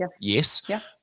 Yes